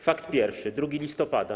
Fakt pierwszy, 2 listopada.